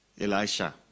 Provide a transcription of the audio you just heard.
Elisha